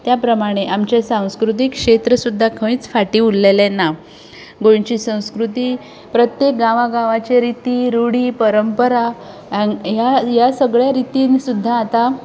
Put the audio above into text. त्या प्रमाणें आमचें सांस्कृतीक क्षेत्र सुद्दां खंयच फाटीं उरलेलें ना गोंयची संस्कृती प्रत्येक गांवा गांवाची रिती रुढी परंपरा ह्या ह्या सगळ्या रितीन सुद्दां आतां